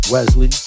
Wesley